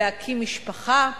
להקים משפחה,